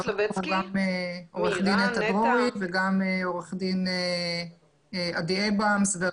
עו"ד נטע דרורי ועו"ד עדי אייברמס.